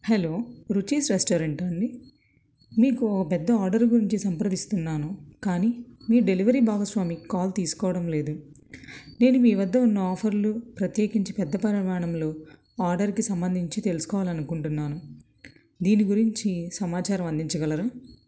hello Ruchi's రెస్టారెంటా అండి మీకు ఒక పెద్ద ఆర్డర్ గురించి సంప్రదిస్తున్నాను కానీ మీ డెలివరీ భాగస్వామికి కాల్ తీసుకోవడం లేదు నేను మీవద్ద ఉన్న ఆఫర్లు ప్రత్యేకించి పెద్ద పరిమాణంలో ఆర్డర్కి సంబంధించి తెలుసుకోవాలి అనుకుంటున్నాను దీని గురించి సమాచారం అందించగలరా